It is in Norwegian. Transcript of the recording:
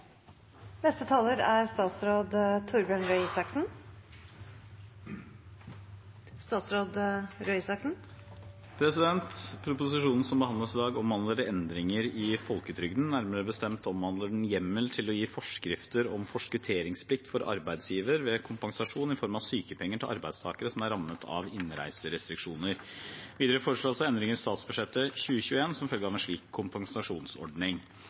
folketrygden. Nærmere bestemt omhandler den hjemmel til å gi forskrifter om forskutteringsplikt for arbeidsgiver ved kompensasjon i form av sykepenger til arbeidstakere som er rammet av innreiserestriksjoner. Videre foreslås det endringer i statsbudsjettet 2021 som følge av en slik kompensasjonsordning.